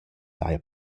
saja